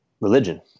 religion